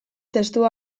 testua